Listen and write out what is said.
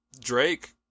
drake